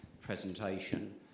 presentation